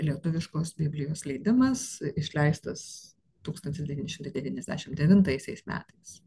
lietuviškos biblijos leidimas išleistas tūkstantis devyni šimtai devyniasdešimt devintais metais